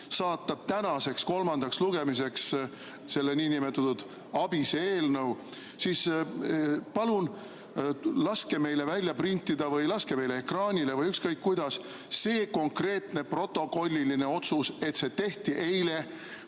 saata tänaseks kolmandale lugemisele selle nn ABIS‑e eelnõu, siis palun laske meile välja printida või saatke meile ekraanile või ükskõik kuidas see konkreetne protokolliline otsus, et see tehti eile